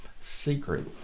secret